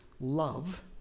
love